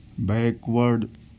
backward